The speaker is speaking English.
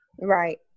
Right